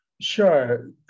Sure